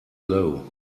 low